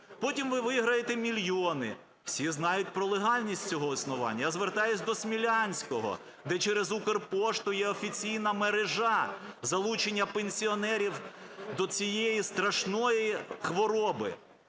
Потім ви виграєте мільйони. Всі знають про легальність цього існування. Я звертаюся до Смілянського, де через "Укрпошту" є офіційна мережа залучення пенсіонерів до цієї страшної хвороби.